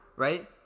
Right